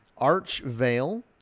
Archvale